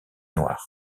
noir